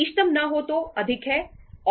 इष्टतम न तो अधिक है और न ही कम है